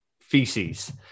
feces